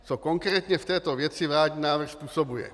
Co konkrétně v této věci vládní návrh způsobuje?